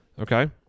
Okay